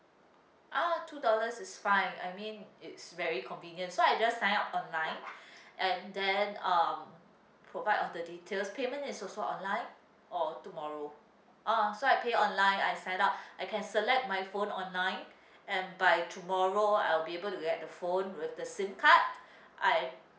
ah two dollars is fine I mean it's very convenient so I just sign up online and then um provide all the details payment is also online or tomorrow ah so I pay online I sign up I can select my phone online and by tomorrow I will be able to get the phone with the SIM card I